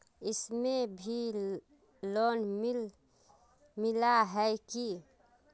इसमें भी लोन मिला है की